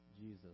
Jesus